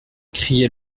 criait